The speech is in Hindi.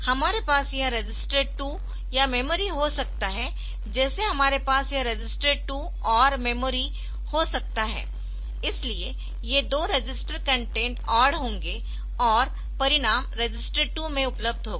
हमारे पास यह रजिस्टर 2 या मेमोरी हो सकता है जैसे हमारे पास यह रजिस्टर 2 OR मेमोरी हो सकता है इसलिए ये दो रजिस्टर कंटेंट ऑर्ड होंगे और परिणाम रजिस्टर 2 में उपलब्ध होगा